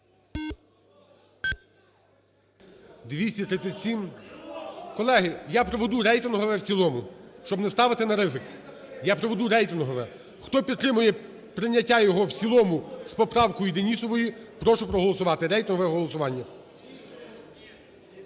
За-237 Колеги, я проведу рейтингове в цілому, щоб не ставити на ризик. Я проведу рейтингове. Хто підтримує прийняття його в цілому, з поправкою Денісової, прошу проголосувати. Рейтингове голосування.